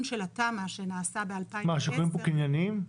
של התמ"א שנעשה ב-2010 --- השיקולים פה קנייניים?